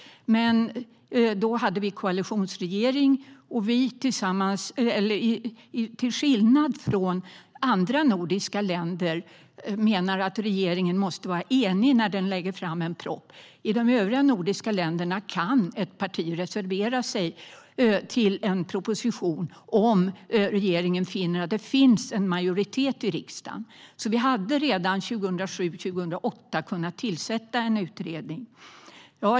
Men då var det en koalitionsregering. Till skillnad från andra nordiska länder ska regeringen här vara enig när den lägger fram en proposition. I de övriga nordiska länderna kan ett parti reservera sig för en proposition om regeringen finner att det finns en majoritet i riksdagen. Redan 2007-2008 hade vi alltså kunnat tillsätta en utredning.